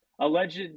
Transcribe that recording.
Alleged